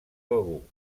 begur